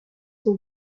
for